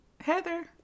Heather